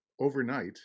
overnight